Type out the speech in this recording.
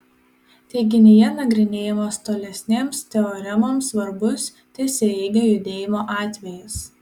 teiginyje nagrinėjamas tolesnėms teoremoms svarbus tiesiaeigio judėjimo atvejis